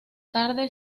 tarde